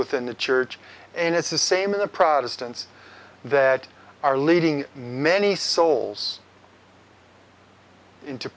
within the church and it's the same in the protestants that are leading many souls into